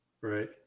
Right